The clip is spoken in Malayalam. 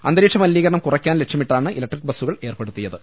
അന്തരീക്ഷ മലിനീ കരണം കുറയ്ക്കാൻ ലക്ഷ്യമിട്ടാണ് ഇലക്ട്രിക് ബസുകൾ ഏർപ്പെടുത്തിയത്